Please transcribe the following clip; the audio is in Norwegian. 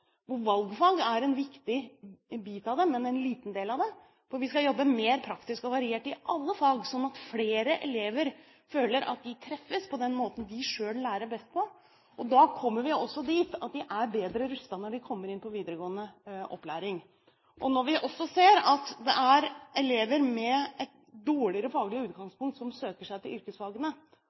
valgfag er en viktig bit av det, men en liten del av det. For vi skal jobbe mer praktisk og variert i alle fag, sånn at flere elever føler at de treffes på den måten de selv lærer best på. Da kommer vi også dit at de er bedre rustet når de kommer inn på videregående opplæring. Når vi også ser at det er elever med et dårligere faglig utgangspunkt som søker seg til yrkesfagene,